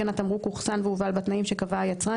התמרוק אוחסן והובל בתנאים שקבע היצרן,